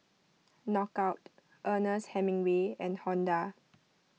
Knockout Ernest Hemingway and Honda